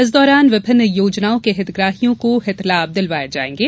इस दौरान विभिन्न योजनाओं के हितग्राहियों को हितलाम दिलवाये जायेंगे